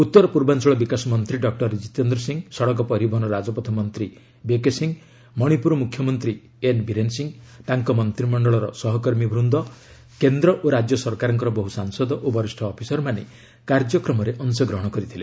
ଉତ୍ତର ପୂର୍ବାଞ୍ଚଳ ବିକାଶ ମନ୍ତ୍ରୀ ଡକ୍ଟର ଜିତେନ୍ଦ୍ର ସିଂହ ସଡ଼କ ପରିବହନ ରାଜପଥ ମନ୍ତ୍ରୀ ବିକେ ସିଂହ ମଣିପୁର ମୁଖ୍ୟମନ୍ତ୍ରୀ ଏନ୍ ବୀରେନ୍ ସିଂହ ତାଙ୍କ ମନ୍ତ୍ରିମଣ୍ଡଳର ସହକର୍ମୀବୃନ୍ଦ କେନ୍ଦ୍ର ଓ ରାଜ୍ୟ ସରକାରଙ୍କର ବହୁ ସାଂସଦ ଓ ବରିଷ୍ଠ ଅଫିସର୍ମାନେ କାର୍ଯ୍ୟକ୍ରମରେ ଅଂଶଗ୍ରହଣ କରିଥିଲେ